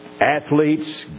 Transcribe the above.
athletes